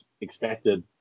expected